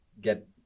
get